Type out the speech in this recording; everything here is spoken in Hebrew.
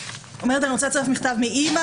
מאמא,